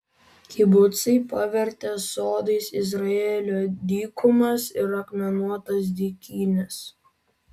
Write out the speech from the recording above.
kibucai pavertė sodais izraelio dykumas ir akmenuotas dykynes